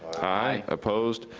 aye. opposed.